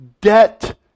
debt